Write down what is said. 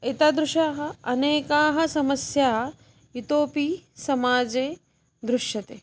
एतादृशाः अनेकाः समस्या इतोपि समाजे दृश्यन्ते